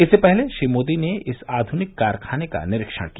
इससे पहले श्री मोदी ने इस आधुनिक कारखाने का निरीक्षण किया